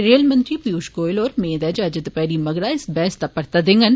रेलमंत्री पियूष गोयल होर मेद ऐ जे अज्ज दपैह्री मगरा इच बहस दा परता देंडन